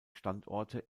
standorte